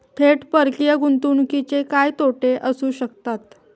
थेट परकीय गुंतवणुकीचे काय तोटे असू शकतात?